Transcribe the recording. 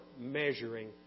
measuring